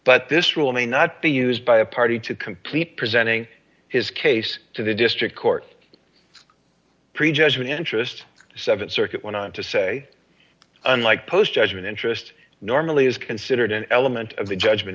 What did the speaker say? but this rule may not be used by a party to complete presenting his case to the district court prejudgment interest th circuit went on to say unlike post judgment interest normally is considered an element of the judgment